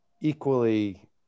equally